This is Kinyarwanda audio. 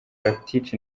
rakitić